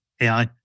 AI